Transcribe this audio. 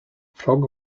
ffrog